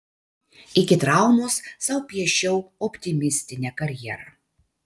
iki traumos sau piešiau optimistinę karjerą